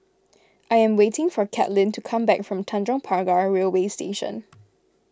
I am waiting for Katlyn to come back from Tanjong Pagar Railway Station